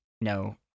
no